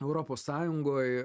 europos sąjungoj